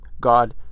God